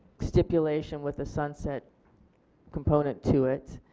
stipulation with the sunset component to it.